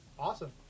Awesome